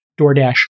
DoorDash